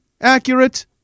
accurate